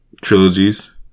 trilogies